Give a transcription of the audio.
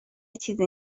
چیزی